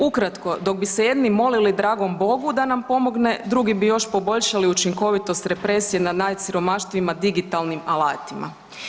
Ukratko, dok bi se jedni molili dragom Bogu da nam pomogne, drugi bi još poboljšali učinkovitost represije nad najsiromašnijima digitalnim alatima.